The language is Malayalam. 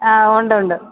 അ ഉണ്ട് ഉണ്ട്